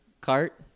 cart